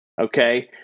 Okay